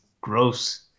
gross